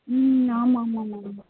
ம் ஆமாம் ஆமாம் ஆமாம் ஆமாம்